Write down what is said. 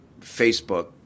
Facebook